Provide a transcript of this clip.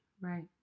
Right